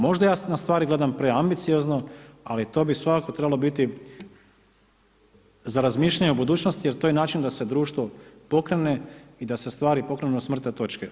Možda ja na stvari gledam preambiciozno, ali to bi svakako trebalo biti za razmišljanje u budućnosti, jer to je način da se društvo pokrene i da se stvari pokrenu s mrtve točke.